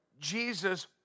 Jesus